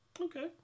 okay